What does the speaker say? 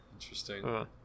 Interesting